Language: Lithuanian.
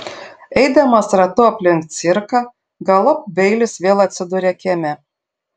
eidamas ratu aplink cirką galop beilis vėl atsiduria kieme